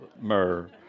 myrrh